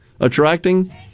attracting